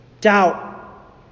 doubt